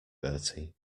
bertie